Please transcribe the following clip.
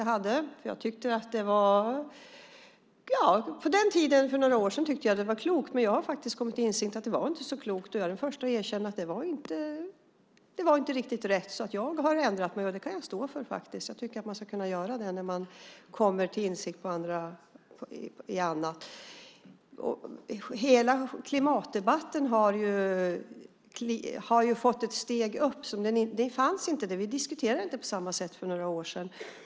Jag tyckte att det på den tiden, för några år sedan, var klokt. Jag har emellertid kommit till insikt om att det inte var så klokt. Jag är den första att erkänna att det inte var riktigt rätt. Jag har ändrat mig, och det står jag för. Det ska man kunna göra när man kommer till insikt om något. Hela klimatdebatten har ju tagit ett steg framåt. Vi diskuterade inte klimatet på samma sätt för några år sedan.